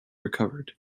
recovered